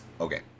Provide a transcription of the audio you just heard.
Okay